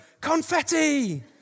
confetti